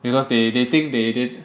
because they they think they